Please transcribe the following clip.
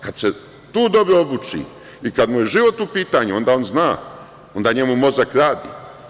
Kada se tu dobro obuči i kada mu je život u pitanju, onda on zna i onda njemu mozak radi.